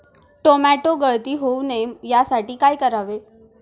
Tomato गळती होऊ नये यासाठी काय करावे?